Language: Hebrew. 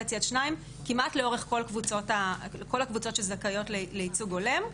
עד 2 כמעט לאורך כל הקבוצות שזכאיות לייצוג הולם.